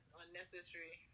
unnecessary